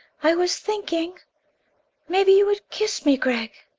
i was thinking maybe you would kiss me, gregg?